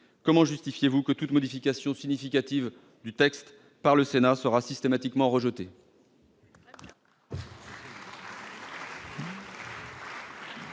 Comment justifiez-vous que toute modification significative du texte par le Sénat soit systématiquement rejetée ?